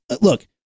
Look